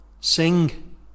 sing